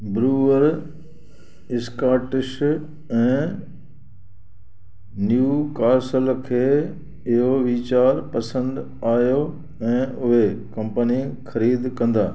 Breuer Scottish ऐं Newcastle खे इहो वीचारु पसंदि आयो ऐं उहे कम्पनी ख़रीदु कंदा